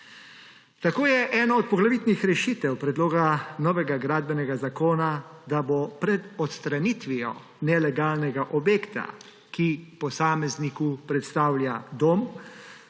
Tako je ena od poglavitnih rešitev predloga novega gradbenega zakona, da bo pred odstranitvijo nelegalnega objekta, ki posamezniku predstavlja dom,